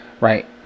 right